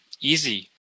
easy